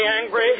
angry